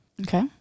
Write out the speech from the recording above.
Okay